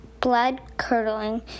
blood-curdling